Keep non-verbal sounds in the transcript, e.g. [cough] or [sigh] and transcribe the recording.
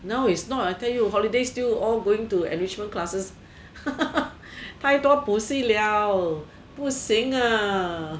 now it's not I tell you holiday still all going to enrichment classes [laughs] 太多补习了不行啊